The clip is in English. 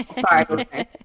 Sorry